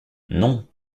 non